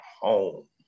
home